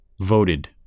voted